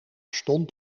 stond